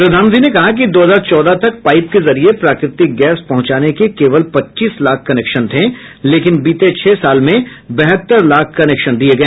प्रधानमंत्री ने कहा कि दो हजार चौदह तक पाइप के जरिए प्राकृ तिक गैस पहुंचाने के केवल पच्चीस लाख कनेक्शन थे लेकिन बीते छह साल में बहत्तर लाख कनेक्शन दिए गए